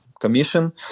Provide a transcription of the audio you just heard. commission